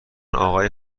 آقای